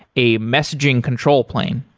a messaging control plane.